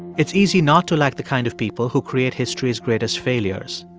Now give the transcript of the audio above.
it's easy not to like the kind of people who create history's greatest failures.